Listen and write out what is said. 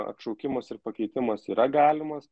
atšaukimas ir pakeitimas yra galimas